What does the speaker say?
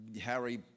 Harry